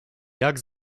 jak